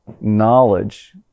knowledge